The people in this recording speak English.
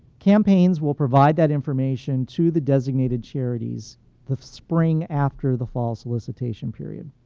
campaigns will provide that information to the designated charities the spring after the fall solicitation period.